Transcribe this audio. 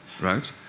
right